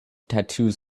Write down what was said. tattoos